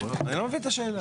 אני לא מבין את השאלה.